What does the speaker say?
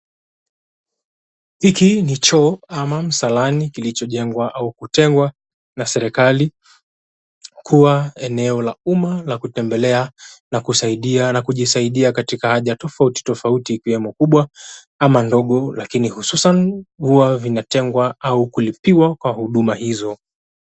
Hiki ni choo ama msalani kilichojengwa au kutengwa na serikali kuwa eneo la umma la kutembelea na kujisaidia katika haja tofauti tofauti ikiwemo kubwa ama ndogo lakini hususan huwa vinatengwa au kulipiwa kwa huduma hizo.